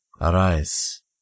Arise